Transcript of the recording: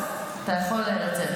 אתה יכול לצאת.